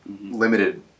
limited